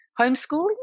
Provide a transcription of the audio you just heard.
homeschooling